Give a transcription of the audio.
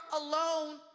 alone